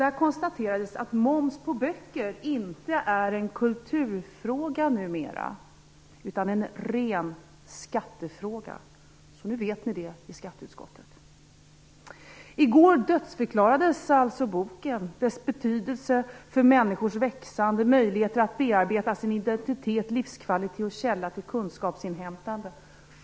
Där konstaterades att moms på böcker inte är en kulturfråga numera, utan en ren skattefråga. Så nu vet ni det i skatteutskottet! I går dödförklarades alltså boken och dess betydelse för människors växande möjligheter att bearbeta sin identitet, livskvalitet och källa till kunskapsinhämtande.